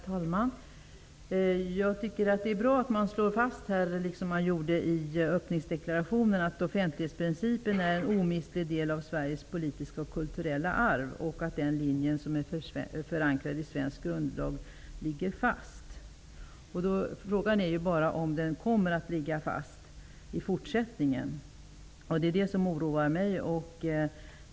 Herr talman! Jag tycker att det är bra att man slår fast, liksom man gjorde i öppningsdeklarationen, att offentlighetsprincipen är en omistlig del av Sveriges politiska och kulturella arv, och att den linje som är förankrad i svensk grundlag ligger fast. Frågan är bara om den kommer att ligga fast i fortsättningen. Det är det som oroar mig.